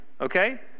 okay